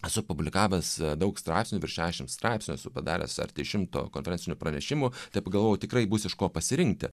esu publikavęs daug straipsnių virš šešim straipsnių esu padaręs arti šimto konferencinių pranešimų tai pagalvojau tikrai bus iš ko pasirinkti